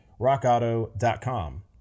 RockAuto.com